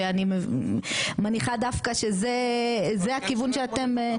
שאני מניחה דווקא שזה זה הכיוון שאתם,